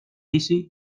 casey